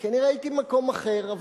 כנראה הייתי במקום אחר,